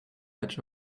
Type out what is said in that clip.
edge